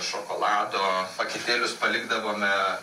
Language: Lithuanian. šokolado paketėlius palikdavome